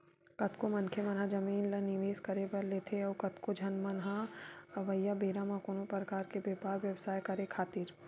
कतको मनखे मन ह जमीन ल निवेस करे बर लेथे अउ कतको झन मन ह अवइया बेरा म कोनो परकार के बेपार बेवसाय करे खातिर